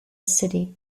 city